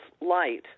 light